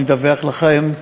אני אדווח לכם,